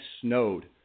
snowed